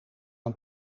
aan